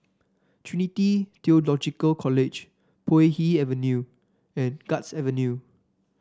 Trinity Theological College Puay Hee Avenue and Guards Avenue